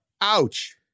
Ouch